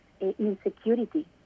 insecurity